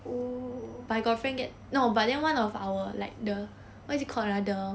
oo my girlfriend that no but then one of our like the what is called ah the